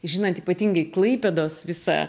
žinant ypatingai klaipėdos visą